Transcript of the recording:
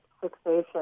fixation